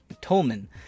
Tolman